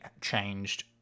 changed